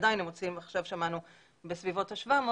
עדיין הם מוציאים עכשיו שמענו בסביבות ה-700.